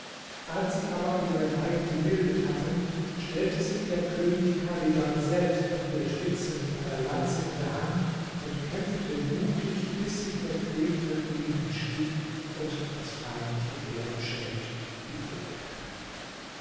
als sie aber ihre reihen gebildet hatten stellte sich der könig chadidan selbst an ihre spitze mit einer lanze in der hand und kämpfte mutig bis sich der krieg für ihn entschied und das feindliche heer beschämt die flucht ergriff